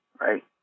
Right